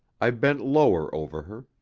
i bent lower over her,